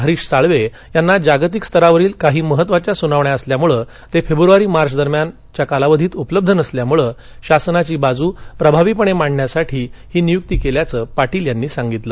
हरीश साळवे यांना जागतिक स्तरावरील काही महत्त्वाच्या सुनावण्या असल्यामुळे ते फेब्रवारी मार्घ दरम्यानच्या कालावधीत उपलब्ध नसल्यामुळे शासनाची बाजू प्रभावीपणे मांडण्यासाठी ही नियुक्ती केल्याचं पाटील यांनी सांगितलं